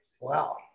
Wow